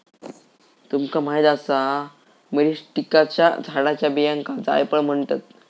तुमका माहीत आसा का, मिरीस्टिकाच्या झाडाच्या बियांका जायफळ म्हणतत?